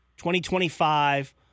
2025